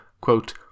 quote